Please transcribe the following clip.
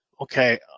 okay